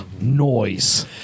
noise